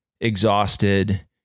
exhausted